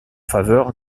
faveur